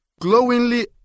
glowingly